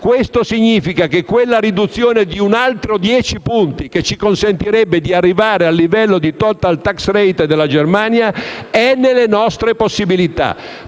cento, significa che la riduzione di ulteriori dieci punti, che ci consentirebbe di arrivare al livello di *total tax rate* della Germania, è nelle nostre possibilità.